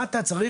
מה אתה צריך?